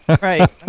right